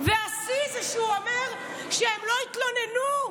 והשיא הוא שהוא אומר שהן לא התלוננו.